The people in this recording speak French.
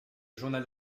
journal